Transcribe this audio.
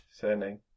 surname